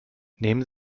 nehmen